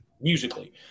musically